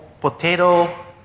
potato